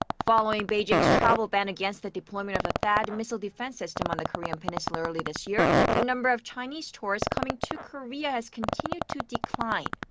following beijing's travel ban against the deployment of the ah thaad missile defense system on the korean peninsula early this year. the number of chinese tourists coming to korea has continued to decline.